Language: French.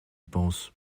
penses